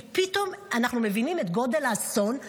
כי פתאום אנחנו מבינים את גודל האסון.